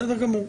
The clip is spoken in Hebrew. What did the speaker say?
בסדר גמור.